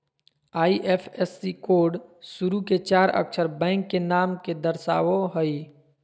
IFSC code शुरू के चार अक्षर बैंक के नाम के दर्शावो हइ